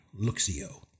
Luxio